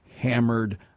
hammered